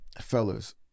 Fellas